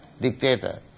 dictator